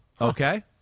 Okay